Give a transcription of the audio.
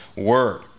word